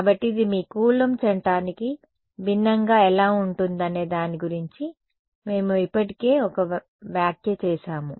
కాబట్టి ఇది మీ కూలంబ్ చట్టానికి భిన్నంగా ఎలా ఉంటుందనే దాని గురించి మేము ఇప్పటికే ఒక వ్యాఖ్య చేసాము